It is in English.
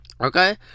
Okay